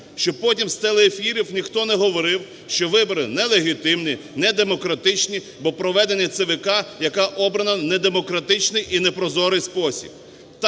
щоб потім з телеефірів ніхто не говорив, що вибори нелегітимні, недемократичні, бо проведені ЦВК, яка обрана в недемократичний і непрозорий спосіб.